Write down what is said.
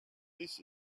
this